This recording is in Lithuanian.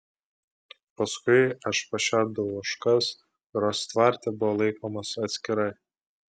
paskui aš pašerdavau ožkas kurios tvarte buvo laikomos atskirai